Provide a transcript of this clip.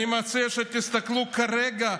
אני מציע שתסתכלו כרגע,